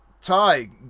Ty